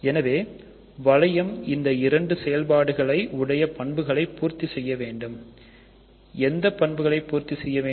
எனவே வளையம் இந்த இரண்டு செயல்பாடுகளை உடைய பண்புகளை பூர்த்தி செய்ய வேண்டும் எந்த பண்புகளை பூர்த்தி செய்ய வேண்டும்